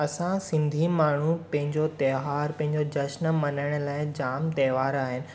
असां सिंधी माण्हू पंहिंजो त्योहारु पंहिंजो जश्न मल्हाइण लाइ जामु त्योहार आहिनि